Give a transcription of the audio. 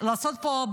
לעשות פה,